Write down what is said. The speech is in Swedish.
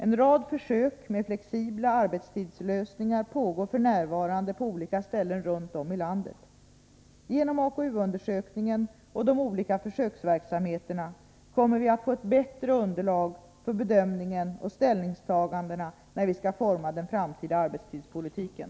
En rad försök med flexibla arbetstidslösningar pågår f. n. på olika ställen runt om i landet. Genom AKU-undersökningen och de olika försöksverksamheterna kommer vi att få ett bättre underlag för bedömningen och ställningstaganden när vi skall forma den framtida arbetstidspolitiken.